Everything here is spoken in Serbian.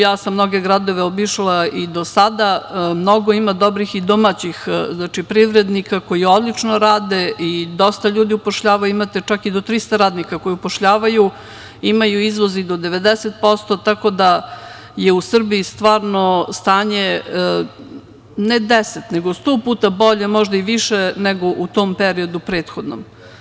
Ja sam mnoge gradove obišla do sada i ima mnogo dobrih i domaćih privrednika koji odlično rade i dosta ljudi upošljavaju, imate čak i do 300 radnika, koji upošljavaju, imaju izvoz i do 90%, tako da je u Srbiji stvarno stanje ne deset, nego 100% puta bolje, možda i više nego u tom prethodnom periodu.